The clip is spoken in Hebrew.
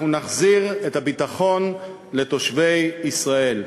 אנחנו נחזיר את הביטחון לתושבי ישראל.